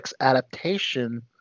adaptation